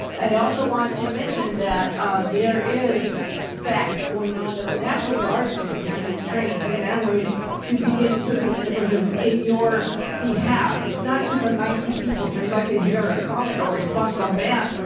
and i also want to mention that there is facts going on that the national guardsmen have been trained men and women to begin sweeping the neighborhoods in your behalf. it's not just the nineteen people, i so would like to hear a comment or response on that.